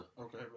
Okay